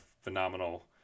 phenomenal